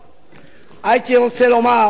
הייתי רוצה לומר